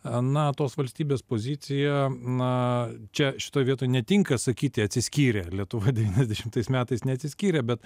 na tos valstybės pozicija na čia šitoj vietoj netinka sakyti atsiskyrę lietuva devyniasdešimtais metais neatsiskyrė bet